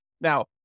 Now